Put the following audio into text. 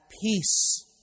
peace